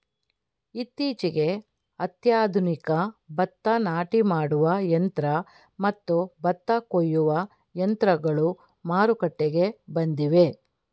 ಇತ್ತೀಚೆಗೆ ಅತ್ಯಾಧುನಿಕ ಭತ್ತ ನಾಟಿ ಮಾಡುವ ಯಂತ್ರ ಮತ್ತು ಭತ್ತ ಕೊಯ್ಯುವ ಯಂತ್ರಗಳು ಮಾರುಕಟ್ಟೆಗೆ ಬಂದಿವೆ